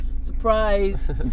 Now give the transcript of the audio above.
surprise